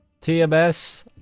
TMS